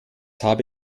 habe